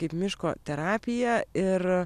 kaip miško terapiją ir